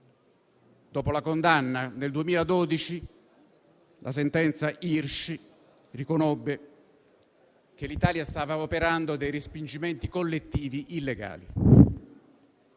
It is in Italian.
dopo la condanna del 2012, quando la sentenza Hirsi riconobbe che l'Italia stava operando dei respingimenti collettivi illegali.